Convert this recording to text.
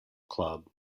club